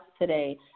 today